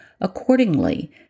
Accordingly